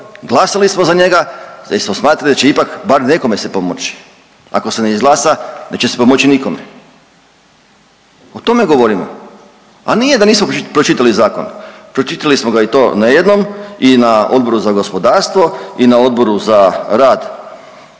glasali smo za njega jer smo smatrali da će ipak bar nekome se pomoći, ako se ne izglasa neće se pomoći nikome. O tome govorimo, a nije da nismo pročitali zakon. Pročitali smo ga i to ne jednom i na Odboru za gospodarstvo i na Odboru za rad,